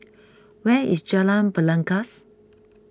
where is Jalan Belangkas